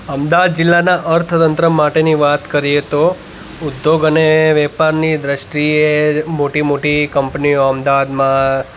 અમદાવાદ જિલ્લાનાં અર્થતંત્ર માટેની વાત કરીએ તો ઉદ્યોગ અને વેપારની દૃષ્ટિએ મોટી મોટી કંપનીઓ અમદાવાદમાં